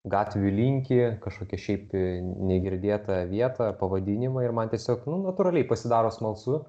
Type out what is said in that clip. gatvių linkį kažkokią šiaip negirdėtą vietą pavadinimą ir man tiesiog natūraliai pasidaro smalsu